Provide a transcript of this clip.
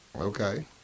Okay